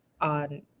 on